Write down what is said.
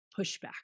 pushback